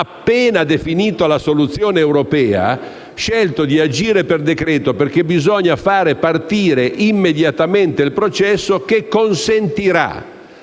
Appena definita la soluzione europea, abbiamo scelto di agire per decreto-legge, perché bisogna far partire immediatamente il processo che consentirà